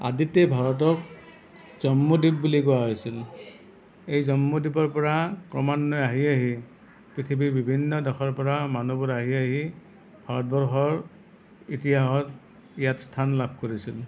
আদিতেই ভাৰতক জন্মদ্বীপ বুলি কোৱা হৈছিল এই জন্মদ্বীপৰ পৰা ক্ৰমান্বয়ে আহি আহি পৃথিৱীৰ বিভিন্ন দেশৰ পৰা মানুহবোৰ আহি আহি ভাৰতবৰ্ষৰ ইতিহাসত ইয়াত স্থান লাভ কৰিছিল